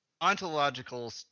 ontological